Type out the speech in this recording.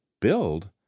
build